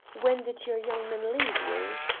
when did your young man leave you?